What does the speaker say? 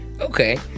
Okay